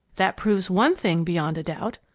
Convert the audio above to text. that proves one thing beyond a doubt.